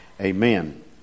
Amen